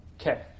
Okay